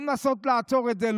ולא לנסות לעצור את זה,